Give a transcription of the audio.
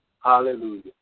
Hallelujah